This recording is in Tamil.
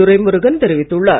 துரைமுருகன் தெரிவித்துள்ளார்